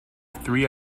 three